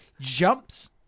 jumps